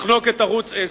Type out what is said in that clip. לחנוק את ערוץ-10.